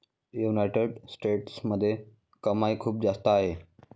United स्टेट्समध्ये कमाई खूप जास्त आहे